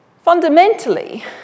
Fundamentally